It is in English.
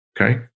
Okay